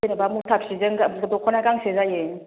जेन'बा मुथाबसेजों दख'ना गांसे जायो